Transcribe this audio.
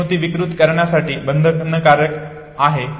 हे स्मृती विकृत करण्यासाठी बंधनकारक आहे